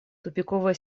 тупиковая